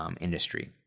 industry